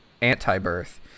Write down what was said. Anti-Birth